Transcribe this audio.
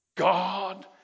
God